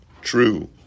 True